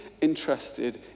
interested